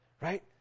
Right